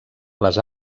les